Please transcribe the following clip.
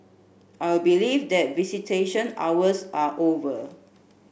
I believe that visitation hours are over